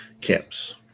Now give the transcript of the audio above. camps